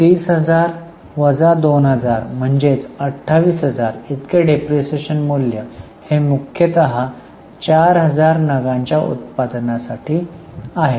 30000 वजा 2000 म्हणजे 28000 इतके डिप्रीशीएशन मूल्य हे मुख्यतः 4000 नगांच्या उत्पादनासाठी आहे